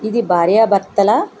ఇది భార్యాభర్తల